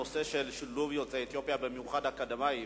הנושא של שילוב יוצאי אתיופיה, במיוחד אקדמאים,